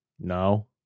no